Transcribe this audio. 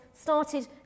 started